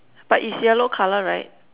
but its yellow colour right